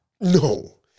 No